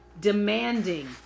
demanding